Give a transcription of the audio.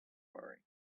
murray